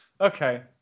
Okay